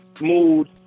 mood